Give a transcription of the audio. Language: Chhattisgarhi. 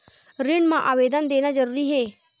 ऋण मा आवेदन देना जरूरी हे?